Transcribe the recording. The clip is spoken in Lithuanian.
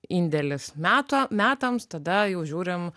indėlis meto metams tada jau žiūrim